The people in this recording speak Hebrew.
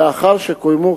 עמיתי